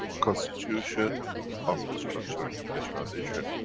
constitution of the structure of the keshe foundation.